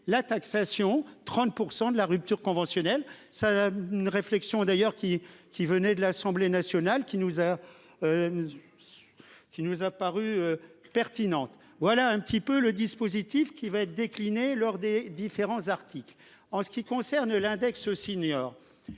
la taxation 30% de la rupture conventionnelle ça une réflexion d'ailleurs qui qui venait de l'Assemblée nationale qui nous a. Qui nous a paru pertinentes. Voilà un petit peu le dispositif qui va être décliné lors des différents articles. En ce qui concerne l'index aussi Niort.